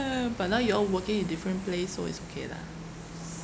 uh but now you all working in different place so it's okay lah